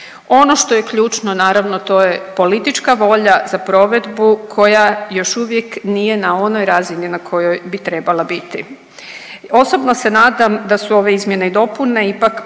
Ono što je ključno naravno to je politička volja za provedbu koja još uvijek nije na onoj razini na kojoj bi trebala biti. Osobno se nadam da su ove izmjene i dopune ipak